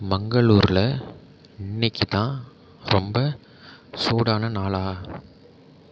மங்களூரில் இன்னிக்கு தான் ரொம்ப சூடான நாளா